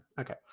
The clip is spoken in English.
okay